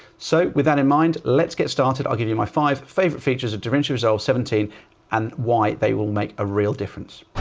so with that in mind, let's get started. i'll give you my five favorite features of davinci resolve seventeen and why they will make a real difference.